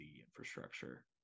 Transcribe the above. infrastructure